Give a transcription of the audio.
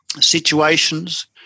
situations